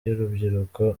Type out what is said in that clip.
y’urubyiruko